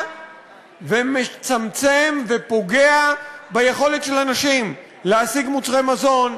ומצמצם ופוגע ביכולת של אנשים להשיג מוצרי מזון,